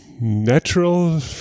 natural